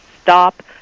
stop